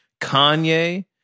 Kanye